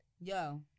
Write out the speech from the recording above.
Yo